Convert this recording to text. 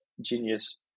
genius